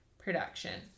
Production